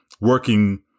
working